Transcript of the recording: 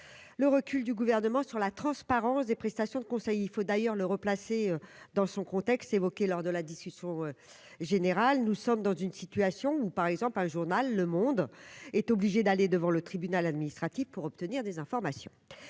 le recul du gouvernement sur la transparence des prestations de conseil, il faut d'ailleurs le replacer dans son contexte, évoqué lors de la discussion générale, nous sommes dans une situation où, par exemple par le journal Le Monde est obligé d'aller devant le tribunal administratif pour obtenir des informations,